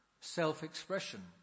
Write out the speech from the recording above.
Self-expression